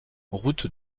route